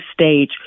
stage